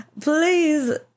please